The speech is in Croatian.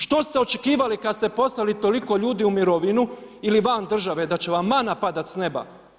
Što ste očekivali kad ste poslali toliko ljudi u mirovinu ili van države, da će vam mana padat s neba?